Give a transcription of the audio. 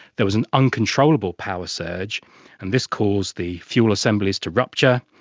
there was an uncontrollable power surge and this caused the fuel assemblies to rupture,